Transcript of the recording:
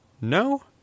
No